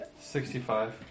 65